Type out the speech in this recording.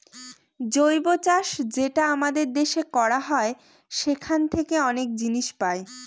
জৈব চাষ যেটা আমাদের দেশে করা হয় সেখান থাকে অনেক জিনিস পাই